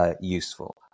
Useful